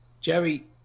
Jerry